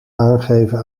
aangeven